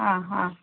आ हा